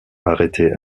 arrêtés